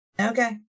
Okay